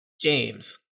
James